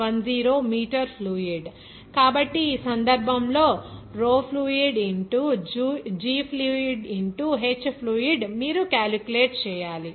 10 metre fluid కాబట్టి ఆ సందర్భంలో rho fluid into g fluid into h fluid మీరు క్యాలిక్యులేట్ చేయాలి